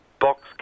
Box